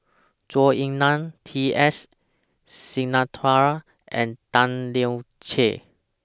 Zhou Ying NAN T S Sinnathuray and Tan Lian Chye